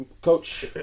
Coach